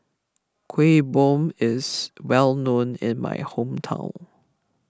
Kuih Bom is well known in my hometown